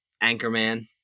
Anchorman